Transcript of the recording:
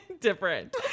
Different